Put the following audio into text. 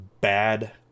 bad